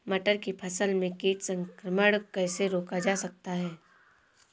मटर की फसल में कीट संक्रमण कैसे रोका जा सकता है?